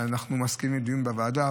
אנחנו מסכימים לדיון בוועדה.